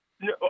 No